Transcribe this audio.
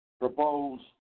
Proposed